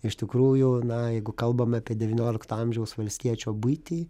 iš tikrųjų na jeigu kalbame apie devyniolikto amžiaus valstiečio buitį